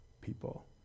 people